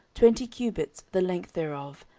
twenty cubits the length thereof,